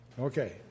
Okay